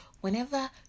Whenever